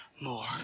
more